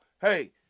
hey